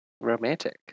romantic